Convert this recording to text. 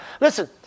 Listen